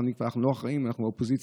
אנחנו לא אחראים, אנחנו האופוזיציה,